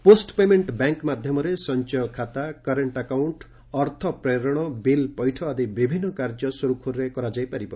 post payment bank ମାଧ୍ୟମରେ ସଞ୍ଚୟ ଖାତା କରେଣ୍ଟ୍ ଆକାଉଣ୍ଟ୍ ଅର୍ଥ ପ୍ରେରଣ ବିଲ୍ ପୈଠ ଆଦି ବିଭିନ୍ନ କାର୍ଯ୍ୟ ସୁରୁଖୁରୁରେ କରାଯାଇ ପାରିବ